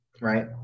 right